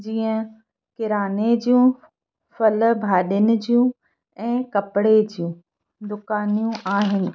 जीअं किराने जूं फ़ल भाजिन जूं ऐं कपिड़े ज्यूं दुकानियूं आहिनि